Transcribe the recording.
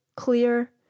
clear